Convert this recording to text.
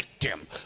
victim